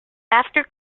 after